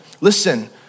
Listen